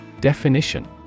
Definition